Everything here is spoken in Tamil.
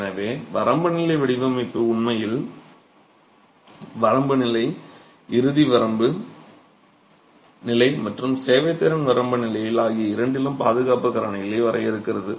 எனவே வரம்பு நிலை வடிவமைப்பு உண்மையில் வரம்பு நிலை இறுதி வரம்பு நிலை மற்றும் சேவைத்திறன் வரம்பு நிலை ஆகிய இரண்டிலும் பாதுகாப்பு காரணிகளை வரையறுக்கிறது